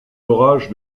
orages